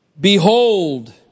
Behold